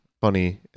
funny